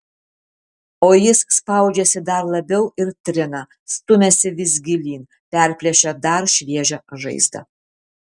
o jis spaudžiasi dar labiau ir trina stumiasi vis gilyn perplėšia dar šviežią žaizdą